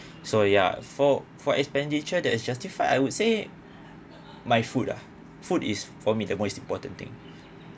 so ya for for expenditure that is justified I would say my food lah food is for me the most important thing